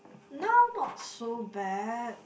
now not so bad